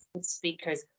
speakers